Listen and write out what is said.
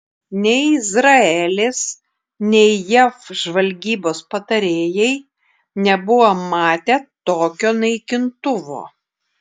nei izraelis nei jav žvalgybos patarėjai nebuvo matę tokio naikintuvo